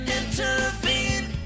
intervene